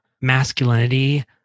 masculinity